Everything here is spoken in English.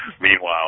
Meanwhile